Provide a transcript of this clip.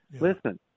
Listen